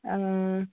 ആ